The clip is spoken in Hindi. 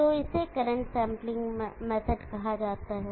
तो इसे करंट सेंपलिंग मेथड कहा जाता है